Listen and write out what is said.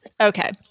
Okay